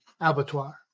abattoir